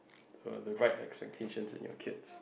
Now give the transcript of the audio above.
uh the right expectations on your kids